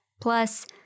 Plus